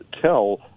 tell